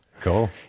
Cool